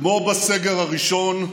כמו בסגר הראשון,